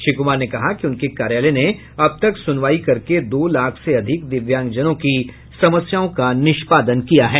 श्री कुमार ने कहा कि उनके कार्यालय ने अब तक सुनवाई करके दो लाख से अधिक दिव्यांग जनों की समस्याओं का निष्पादन किया है